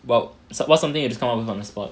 what what's something you come up with on the spot